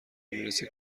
میرسه